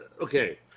okay